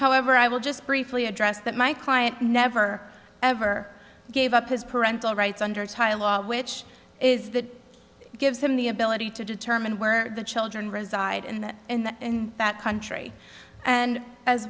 however i will just briefly address that my client never ever gave up his parental rights under the law which is that gives him the ability to determine where the children reside and in that in that country and as